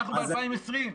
אנחנו ב-2020.